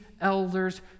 elders